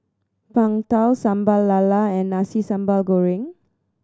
Png Tao Sambal Lala and Nasi Sambal Goreng